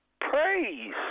praise